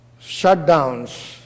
shutdowns